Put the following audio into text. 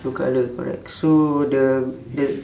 blue colour correct so the the